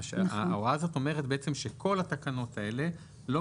ההוראה הזאת אומרת שכל התקנות האלה לא